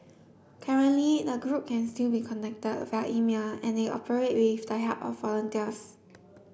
currently the group can still be contacted via email and they operate with the help of volunteers